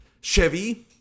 chevy